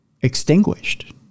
extinguished